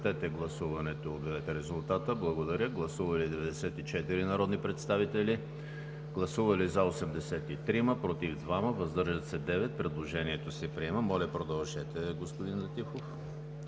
продължете, господин Летифов.